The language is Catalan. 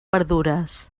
verdures